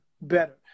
better